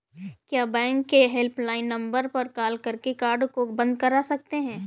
क्या बैंक के helpline number पर कॉल करके कार्ड को बंद करा सकते हैं?